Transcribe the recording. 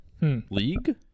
League